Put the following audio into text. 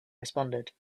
responded